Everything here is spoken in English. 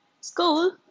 school